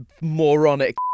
moronic